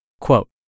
Quote